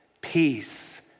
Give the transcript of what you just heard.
peace